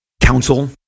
council